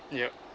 yup